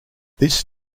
this